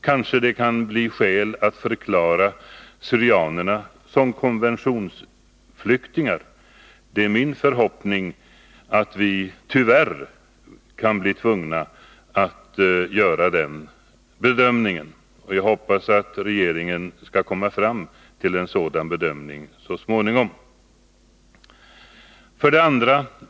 Kanske det kan bli skäl att förklara syrianerna som konventionsflyktingar? Tyvärr kan det bli nödvändigt att göra den bedömningen, och jag hoppas att regeringen skall komma fram till en sådan bedömning så småningom. 2.